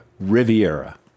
Riviera